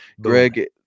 Greg